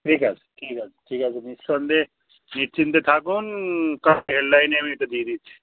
ঠিক আছে ঠিক আছে ঠিক আছে নিঃসন্দেহে নিশ্চিন্তে থাকুন কাল হেডলাইনে আমি এটা দিয়ে দিচ্ছি